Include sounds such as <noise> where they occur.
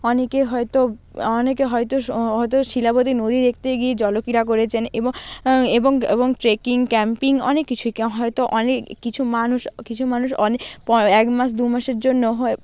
অনেকে হয়তো অনেকে হয়তো হয়তো শিলাবতী নদী দেখতে গিয়ে জলক্রীড়া করেছেন এবং এবং এবং ট্রেকিং ক্যাম্পিং অনেক কিছুই <unintelligible> হয়তো অনেক কিছু মানুষ কিছু মানুষ অনেক এক মাস দু মাসের জন্য